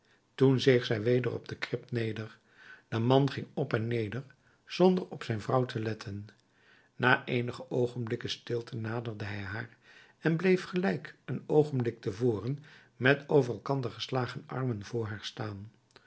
toen zeeg zij weder op de krib neder de man ging op en neder zonder op zijn vrouw te letten na eenige oogenblikken stilte naderde hij haar en bleef gelijk een oogenblik te voren met over elkander geslagen armen voor haar staan